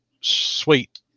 sweet